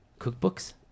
cookbooks